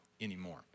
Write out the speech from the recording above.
anymore